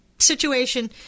situation